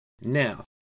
Now